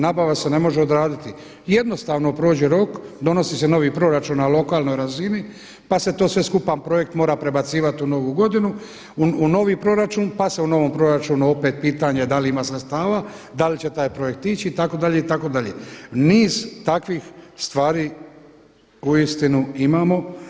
Nabava se ne može odraditi i jednostavno prođe rok, donosi se novi proračun na lokalnoj razini pa se to sve skupa projekt mora prebacivati u novu godinu u novi proračun, pa se u novom proračunu opet pitanje da li ima sredstava, da li taj projekt ići itd., itd. niz takvih stvari uistinu imamo.